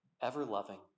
ever-loving